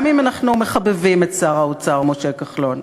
גם אם אנחנו מחבבים את שר האוצר משה כחלון,